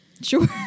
Sure